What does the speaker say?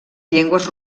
llengües